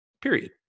period